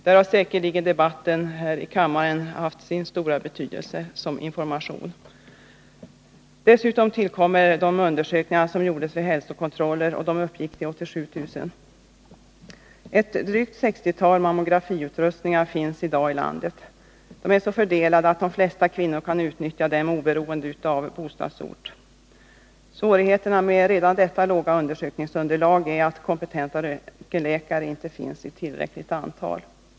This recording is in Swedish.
Debatten här i kammaren har säkerligen haft sin stora betydelse som information. Dessutom tillkom de undersökningar som gjordes vid hälsokontroller; de uppgick till 87 000. Ett drygt 60-tal mammografiutrustningar finns i dag i landet. De är så fördelade att de flesta kvinnor kan utnyttja dem oberoende av bostadsort. Svårigheten med redan detta låga undersökningsunderlag är att kompetenta röntgenläkare ej finns i tillräckligt antal.